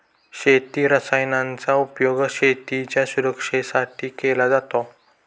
शेती रसायनांचा उपयोग शेतीच्या सुरक्षेसाठी केला जातो